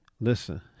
listen